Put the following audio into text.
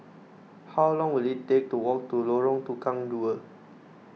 how long will it take to walk to Lorong Tukang Dua